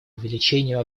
увеличению